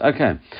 Okay